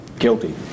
Guilty